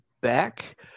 back